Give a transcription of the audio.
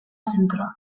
zentroa